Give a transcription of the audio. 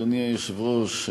אדוני היושב-ראש,